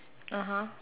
(uh huh)